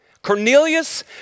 Cornelius